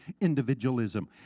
individualism